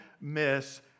miss